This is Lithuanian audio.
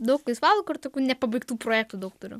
daug laisvalaikiu ir tokių nepabaigtų projektų daug turiu